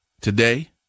Today